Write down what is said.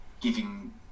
giving